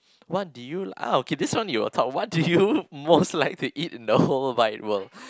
what do you oh okay this one you will talk what do you most like to eat in the whole wide world